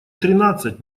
тринадцать